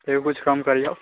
तैयो कुछ कम करियौ